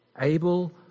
Abel